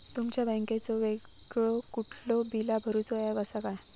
तुमच्या बँकेचो वेगळो कुठलो बिला भरूचो ऍप असा काय?